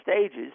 stages